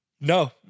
No